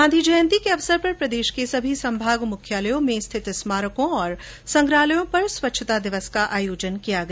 गांधी जयन्ती के अवसर पर प्रदेश के सभी संभाग मुख्यालयों में स्थित स्मारकों और संग्रहालयों पर स्वच्छता दिवस का आयोजन किया गया